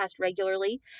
regularly